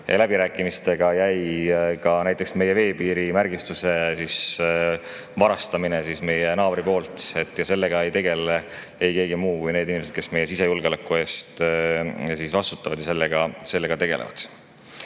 aega läbirääkimistega jäi näiteks meie veepiirimärgistuse varastamine idanaabri poolt ja sellega ei tegele ei keegi muu kui need inimesed, kes meie sisejulgeoleku eest vastutavad. Selle eelarve